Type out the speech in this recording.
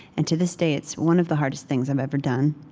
and to this day, it's one of the hardest things i've ever done,